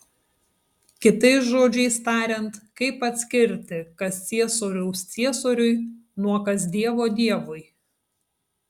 kitais žodžiais tariant kaip atskirti kas ciesoriaus ciesoriui nuo kas dievo dievui